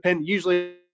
usually